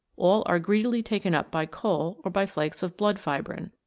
all are greedily taken up by coal or by flakes of blood-fibrin.